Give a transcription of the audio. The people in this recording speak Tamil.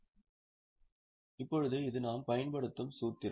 இப்போது இது நாம் பயன்படுத்தும் சூத்திரம்